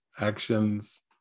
actions